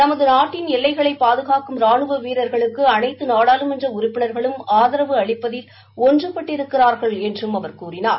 நமது நாட்டின் எல்லைகளை பாதுகாக்கும் ரானுவ வீரர்களுக்கு அனைத்து நாடாளுமன்ற உறுப்பினர்களும் ஆதரவு அளிப்பதில் ஒன்றுபட்டிருக்கிறார்கள் என்றும் அவர் கூறினார்